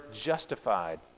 justified